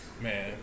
Man